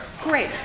Great